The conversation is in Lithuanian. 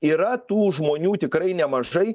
yra tų žmonių tikrai nemažai